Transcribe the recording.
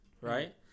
right